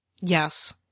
yes